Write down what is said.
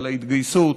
על ההתגייסות,